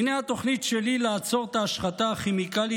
הינה התוכנית שלי לעצור את ההשחתה הכימית,